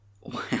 Wow